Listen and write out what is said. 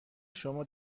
شما